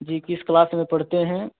जी किस क्लास में पढ़ते हैं